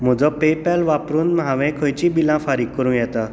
म्हजो पेपॅल वापरून हांवें खंयचीं बिलां फारीक करूं येता